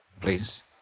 Please